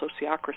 sociocracy